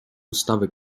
ustawy